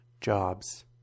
jobs